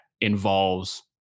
involves